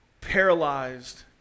paralyzed